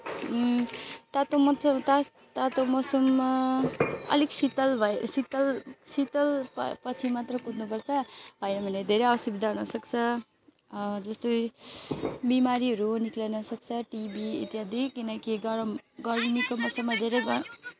तातो मजाको तास तातो मौसममा अलिक शीतल भयो शीतल शीतल प पछि मात्र कुद्नुपर्छ होइन भने धेरै असुविधा हुनसक्छ जस्तै बिमारीहरू निस्कनसक्छ टिबी इत्यादि किनकि गरम गर्मीको मौसममा धेरै गरम